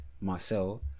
Marcel